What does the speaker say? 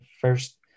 first